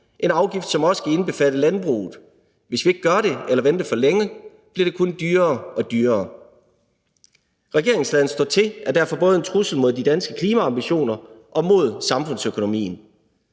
en afgift, som også skal indbefatte landbruget. Hvis vi ikke gør det, eller hvis vi venter for længe, giver det kun dyrere og dyrere. Regeringens laden stå til er derfor en trussel mod både de danske klimaambitioner og samfundsøkonomien.